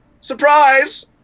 Surprise